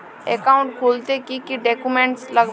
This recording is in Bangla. অ্যাকাউন্ট খুলতে কি কি ডকুমেন্ট লাগবে?